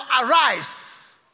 arise